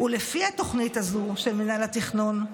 לפי התוכנית הזאת של מינהל התכנון,